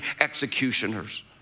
executioners